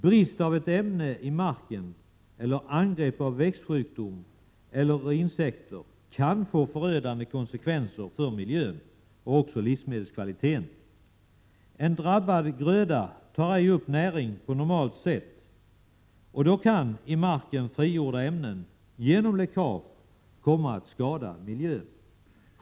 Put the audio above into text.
Brist av ett ämne i marken eller angrepp av växtsjukdom eller insekter kan få förödande konsekvenser för miljön och livsmedelskvaliteten. En drabbad gröda tar ej upp näring på normalt sätt, och då kan i marken frigjorda ämnen genom läckage komma att skada miljön.